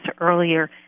earlier